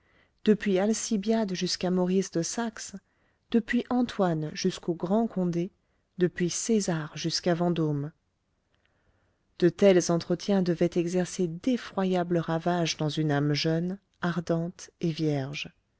depuis alcibiade jusqu'à maurice de saxe depuis antoine jusqu'au grand condé depuis césar jusqu'à vendôme de tels entretiens devaient exercer d'effroyables ravages dans une âme jeune ardente et vierge